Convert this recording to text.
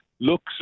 looks